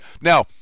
Now